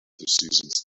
seasons